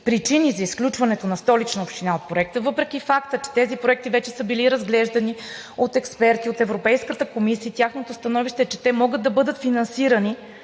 причини за изключването на Столична община от проекта. Въпреки факта, че тези проекти вече са били разглеждани от експерти от Европейската комисия и тяхното становище е, че те могат да бъдат финансирани,